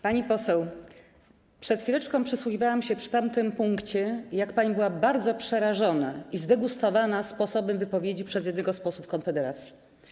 Pani poseł, przed chwileczką przysłuchiwałam się przy tamtym punkcie, jak pani była bardzo przerażona i zdegustowana sposobem wypowiedzi jednego z posłów Konfederacji.